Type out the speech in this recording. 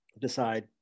decide